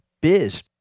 biz